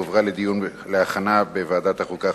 אנחנו עוברים לנושא הבא: החלטת ועדת החוקה,